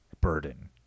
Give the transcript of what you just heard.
burden